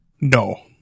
No